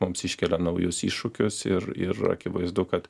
mums iškelia naujus iššūkius ir ir akivaizdu kad